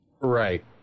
Right